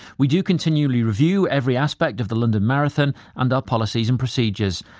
we do continually review every aspect of the london marathon and our policies and procedures.